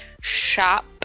shop